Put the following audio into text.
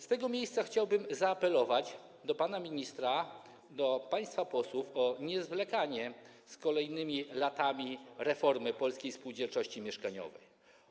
Z tego miejsca chciałbym zaapelować do pana ministra, do państwa posłów o niezwlekanie przez kolejne lata z reformą polskiej spółdzielczości mieszkaniowej.